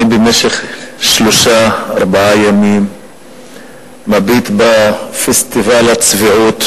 אני במשך שלושה-ארבעה ימים מביט בפסטיבל הצביעות,